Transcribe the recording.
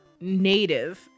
native